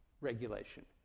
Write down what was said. regulation